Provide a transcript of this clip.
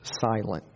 silent